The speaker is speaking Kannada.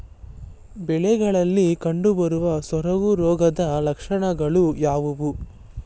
ಬೆಳೆಗಳಲ್ಲಿ ಕಂಡುಬರುವ ಸೊರಗು ರೋಗದ ಲಕ್ಷಣಗಳು ಯಾವುವು?